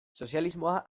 sozialismoa